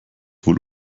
wohl